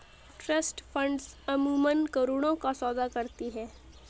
trust funds अमूमन करोड़ों का सौदा करती हैं